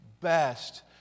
best